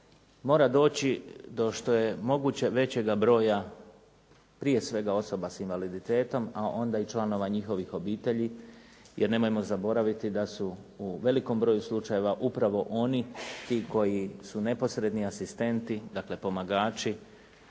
mora doći do što je moguće većega broja prije svega osoba s invaliditetom, a onda i članova njihovih obitelji. Jer nemojmo zaboraviti da su u velikom broju slučajeva upravo oni ti koji su neposredni asistenti, dakle pomagači